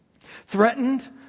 Threatened